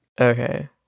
Okay